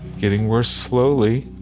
getting worse slowly